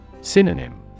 Synonym